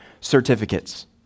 certificates